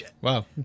Wow